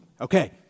okay